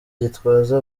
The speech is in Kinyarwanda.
gitwaza